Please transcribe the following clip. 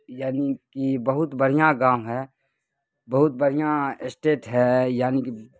یعنی کہ بہت بڑھیاں گاؤں ہے بہت بڑھیاں اسٹیٹ ہے یعنی کہ